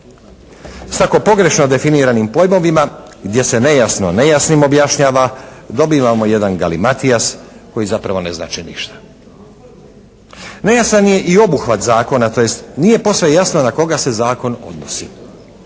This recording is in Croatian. S tako pogrešno definiranim pojmovima gdje se nejasno nejasnim objašnjava dobivamo jedan galimatijas koji zapravo ne znači ništa. Nejasan je i obuhvat zakona, tj. nije posve jasno na koga se zakon odnosi.